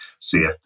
CFP